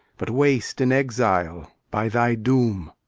but waste in exile by thy doom.